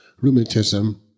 rheumatism